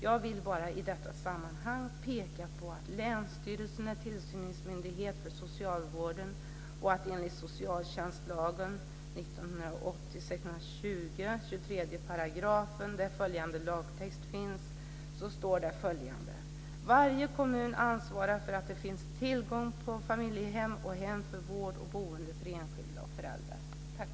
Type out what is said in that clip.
Jag vill bara i detta sammanhang peka på att länsstyrelsen är tillsynsmyndighet för socialvården, och i socialtjänstlagen, 1980:620, 23 § finns följande lagtext: Varje kommun ansvarar för att det finns tillgång till familjehem och hem för vård eller boende för enskilda och familjer.